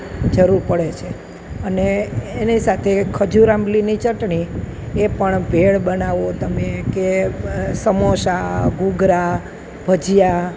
જરૂર પડે છે અને એની સાથે ખજૂર આંબલીની ચટણી એ પણ ભેળ બનાવો તમે કે સમોસા ઘૂઘરા ભજીયા